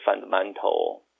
fundamental